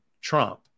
Trump